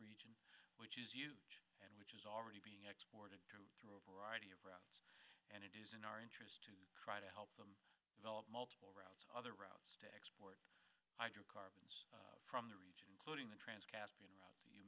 region which is huge and which is already being exported through through a variety of routes and it is in our to try to help them develop multiple routes other routes to export hydrocarbons from the region including the trans caspian route you